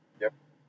yup